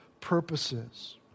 purposes